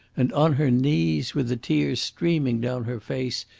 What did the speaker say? and on her knees, with the tears streaming down her face,